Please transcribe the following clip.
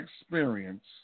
experience